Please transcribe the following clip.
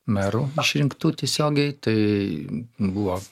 merų išrinktų tiesiogiai tai buvo